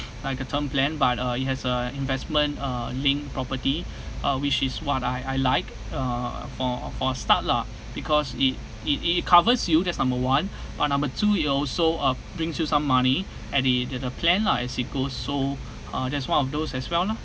like a term plan but uh it has a investment uh linked property uh which is what I I like uh for for a start lah because it it it covers you that's number one but number two you also uh brings you some money at the the the plan lah as it goes so uh that's one of those as well lah